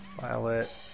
Violet